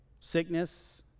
Sickness